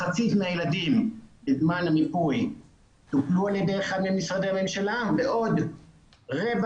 מחצית מהילדים בזמן המיפוי הופנו על ידי אחד ממשרדי הממשלה ועוד רבע